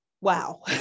wow